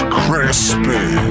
crispy